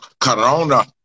corona